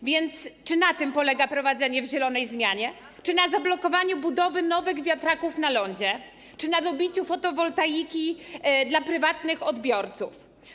A więc czy na tym polega prowadzenie w zielonej zmianie, czy na zablokowaniu budowy nowych wiatraków na lądzie, czy na dobiciu fotowoltaiki dla prywatnych odbiorców?